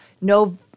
no